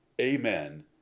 Amen